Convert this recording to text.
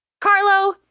Carlo